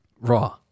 Raw